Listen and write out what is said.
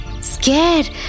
Scared